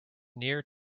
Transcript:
near